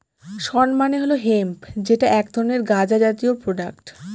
শণ মানে হল হেম্প যেটা এক ধরনের গাঁজা জাতীয় প্রোডাক্ট